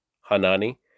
Hanani